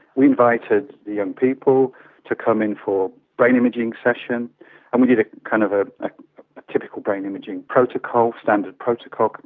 we invited the young people to come in for a brain imaging session and we did kind of a typical brain imaging protocol, standard protocol,